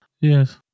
yes